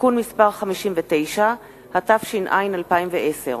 התשע"א 2010,